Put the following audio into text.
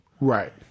Right